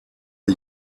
are